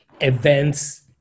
events